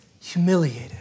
humiliated